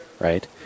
right